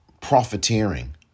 profiteering